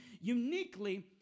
uniquely